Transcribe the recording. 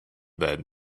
that